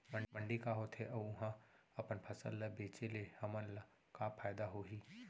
मंडी का होथे अऊ उहा अपन फसल ला बेचे ले हमन ला का फायदा होही?